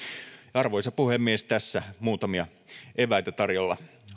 arvoisa puhemies tässä muutamia eväitä tarjolla